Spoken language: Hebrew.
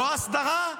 לא הסדרה,